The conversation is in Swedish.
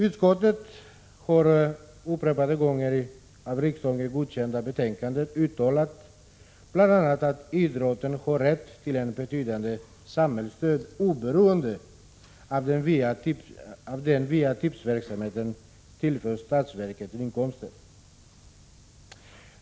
Utskottet har upprepade gånger i av riksdagen godkända betänkanden uttalat bl.a. att idrotten har rätt till ett betydande samhällsstöd, oberoende av att den via tipsverksamheten tillför statsverket inkomster.